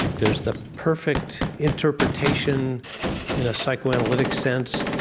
there's the perfect interpretation in a psychoanalytic sense,